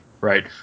right